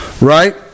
right